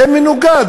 זה מנוגד.